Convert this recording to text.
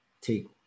take